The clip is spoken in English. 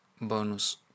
bonus